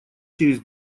через